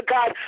God